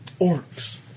Orcs